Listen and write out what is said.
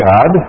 God